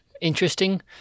interesting